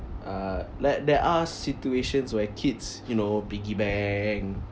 uh like there are situations where kids you know piggy bank